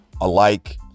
Alike